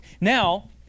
Now